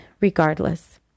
regardless